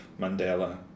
Mandela